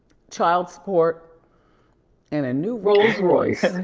child support and a new rolls royce.